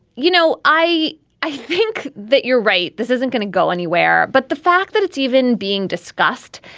you know i i think that you're right this isn't going to go anywhere. but the fact that it's even being discussed